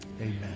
Amen